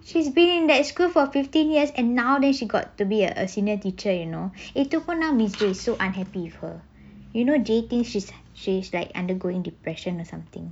she's been in that school for fifteen years and now then she got to be a senior teacher you know itu pun so unhappy with her you know lately she is undergoing depression or something